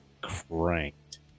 cranked